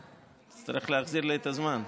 תצטרך להחזיר לי את הזמן.